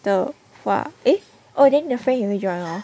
the !wah! eh oh then the friend 有没有 join ah